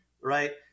right